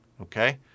okay